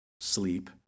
sleep